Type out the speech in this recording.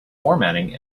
formatting